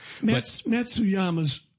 Matsuyama's